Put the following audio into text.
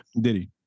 Diddy